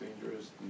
dangerous